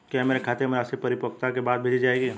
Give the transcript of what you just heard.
क्या मेरे खाते में राशि परिपक्वता के बाद भेजी जाएगी?